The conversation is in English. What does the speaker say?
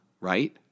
right